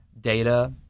data